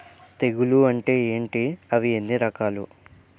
తెగులు అంటే ఏంటి అవి ఎన్ని రకాలు?